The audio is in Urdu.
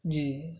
جی